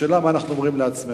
השאלה מה אנו אומרים לעצמנו,